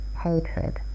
hatred